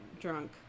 drunk